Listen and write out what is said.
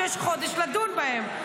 שיש חודש לדון בהן.